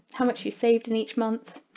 how much you saved in each month,